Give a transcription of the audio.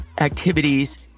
activities